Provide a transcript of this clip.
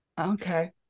Okay